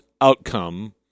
outcome